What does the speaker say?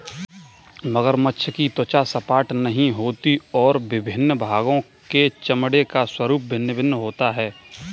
मगरमच्छ की त्वचा सपाट नहीं होती और विभिन्न भागों के चमड़े का स्वरूप भिन्न भिन्न होता है